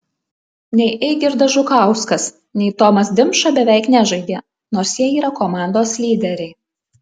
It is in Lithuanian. nei eigirdas žukauskas nei tomas dimša beveik nežaidė nors jie yra komandos lyderiai